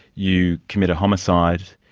you commit a homicide,